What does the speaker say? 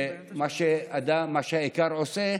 מה שהאיכר עושה,